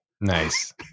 nice